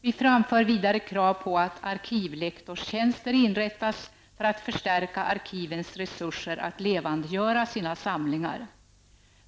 Vi framför vidare krav på att arkivlektorstjänster inrättas för att förstärka arkivens resurser att levandegöra sina samlingar.